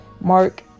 Mark